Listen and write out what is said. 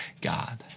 God